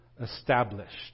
established